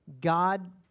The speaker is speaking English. God